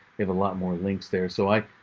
have a lot more links there. so i,